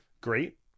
Great